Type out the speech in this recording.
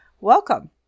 Welcome